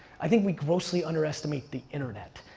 i think we grossly underestimate the internet.